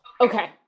okay